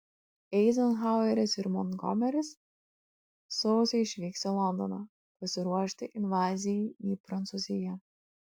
eizenhaueris ir montgomeris sausį išvyks į londoną pasiruošti invazijai į prancūziją